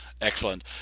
Excellent